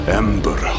ember